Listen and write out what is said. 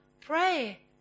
pray